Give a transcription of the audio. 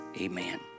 amen